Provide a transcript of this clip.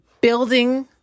building